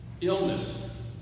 Illness